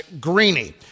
Greeny